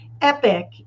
Epic